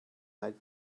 like